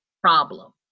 problem